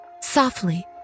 softly